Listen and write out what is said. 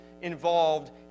involved